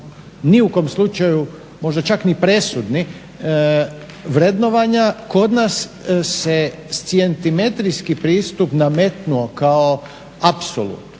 ni u kom slučaju, možda čak ni presudni, vrednovanja kod nas se scijentimetrijski pristup nametnuo kao apsolutni,